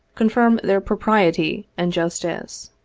confirm their propriety and justice.